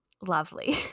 lovely